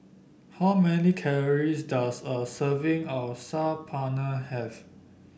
how many calories does a serving of Saag Paneer have